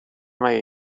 مگه